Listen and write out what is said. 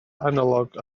analog